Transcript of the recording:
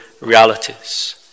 realities